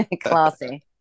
Classy